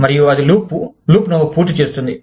మరియు అది లూప్ను పూర్తి చేస్తుంది